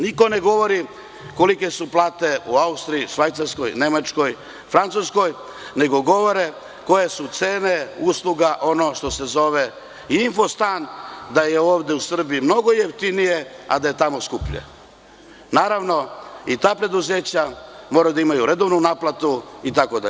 Niko ne govori kolike su plate u Austriji, Švajcarskoj, Nemačkoj, Francuskoj, nego govore koje su cene usluga, ono što se zove infostan da je ovde u Srbiji mnogo jeftinije, a da je tamo skuplje, naravno i ta preduzeća moraju da imaju redovnu naplatu itd.